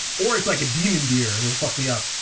or it's like a demon deer and he'll fuck me up.